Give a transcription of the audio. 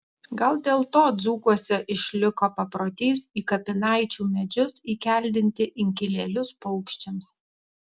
gal dėl to dzūkuose išliko paprotys į kapinaičių medžius įkeldinti inkilėlius paukščiams